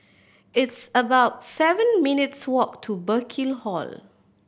it's about seven minutes' walk to Burkill Hall